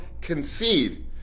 concede